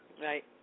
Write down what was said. Right